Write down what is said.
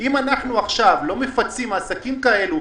אם אנחנו עכשיו לא מפצים עסקים כאלו,